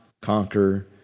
conquer